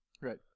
Right